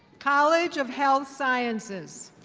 college of health sciences.